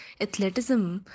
athleticism